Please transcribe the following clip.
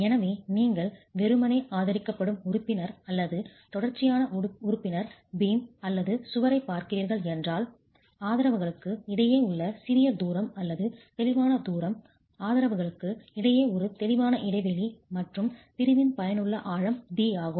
எனவே நீங்கள் வெறுமனே ஆதரிக்கப்படும் உறுப்பினர் அல்லது தொடர்ச்சியான உறுப்பினர் பீம் அல்லது சுவரைப் பார்க்கிறீர்கள் என்றால் ஆதரவுகளுக்கு இடையே உள்ள சிறிய தூரம் அல்லது தெளிவான தூரம் ஆதரவுகளுக்கு இடையே ஒரு தெளிவான இடைவெளி மற்றும் பிரிவின் பயனுள்ள ஆழம் d ஆகும்